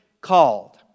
called